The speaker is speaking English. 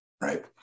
right